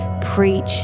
preach